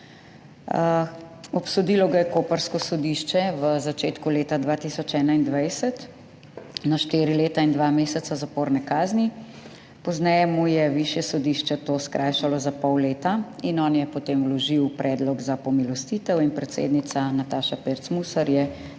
Obsodilo ga je koprsko sodišče v začetku leta 2021 na štiri leta in dva meseca zaporne kazni, pozneje mu je Višje sodišče to skrajšalo za pol leta in on je potem vložil predlog za pomilostitev in predsednica Nataša Pirc Musar je